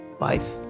life